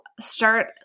start